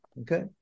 Okay